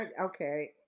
Okay